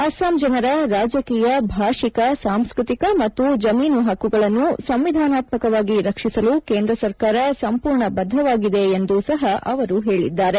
ಅಸ್ವಾಂ ಜನರ ರಾಜಕೀಯ ಭಾಷಿಕ ಸಾಂಸ್ಕೃತಿಕ ಮತ್ತು ಜಮೀನು ಹಕ್ಕುಗಳನ್ನು ಸಂವಿಧಾನಾತ್ಮಕವಾಗಿ ರಕ್ಷಿಸಲು ಕೇಂದ್ರ ಸರ್ಕಾರ ಸಂಪೂರ್ಣ ಬದ್ದವಾಗಿದೆ ಎಂದೂ ಸಹ ಅವರು ಹೇಳಿದ್ದಾರೆ